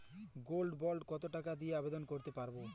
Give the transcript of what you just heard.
Gold bond কত টাকা দিয়ে আবেদন করতে পারবো?